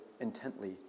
intently